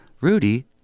Rudy